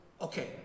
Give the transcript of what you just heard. Okay